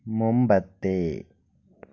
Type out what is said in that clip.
മുമ്പത്തെ